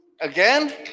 Again